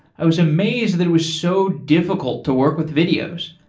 i was amazed that it was so difficult to work with videos.